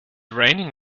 raining